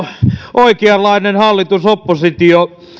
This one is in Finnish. oikeanlainen hallitus oppositio